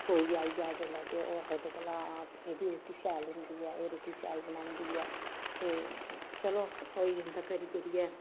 कोई आई जा जिसलै ते ओह् आखदे भला हां एह्दी रुट्टी शैल होंदी ऐ एह् रुट्टी शैल बनांदी ऐ ते चलो होई जंदा करी कुरियै